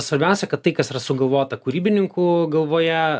svarbiausia kad tai kas yra sugalvota kurybininkų galvoje